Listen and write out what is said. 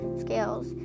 scales